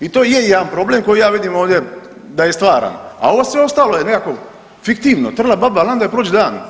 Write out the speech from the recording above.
I to je jedna problem koji ja vidim ovdje da je stvaran, a ovo sve ostalo je nekako fiktivno trla baba lan da joj prođe dan.